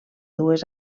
dues